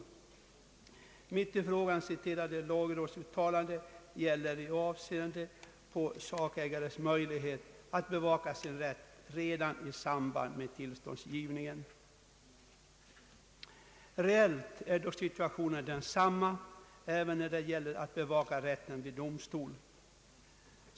Det av mig i denna fråga citerade lagrådsuttalandet gäller sakägares möjlighet att bevaka sin rätt redan i samband med tillståndsprövningen. Reellt är dock situationen densamma även när det gäller att bevaka rätten vid domstol.